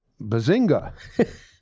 Bazinga